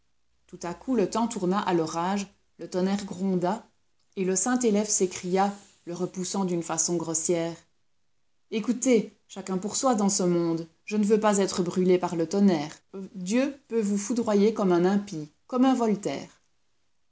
tout à coup le temps tourna à l'orage le tonnerre gronda et le saint élève s'écria le repoussant d'une façon grossière écoutez chacun pour soi dans ce monde je ne veux pas être brûlé par le tonnerre dieu peut vous foudroyer comme un impie comme un voltaire